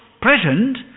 present